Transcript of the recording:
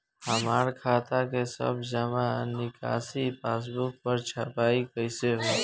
हमार खाता के सब जमा निकासी पासबुक पर छपाई कैसे होई?